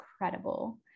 incredible